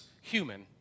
human